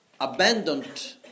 abandoned